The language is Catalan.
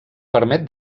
permet